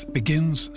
begins